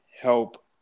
help